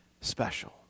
special